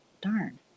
Darn